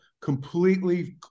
completely